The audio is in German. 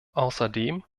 außerdem